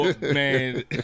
man